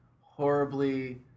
horribly